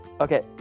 Okay